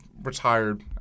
retired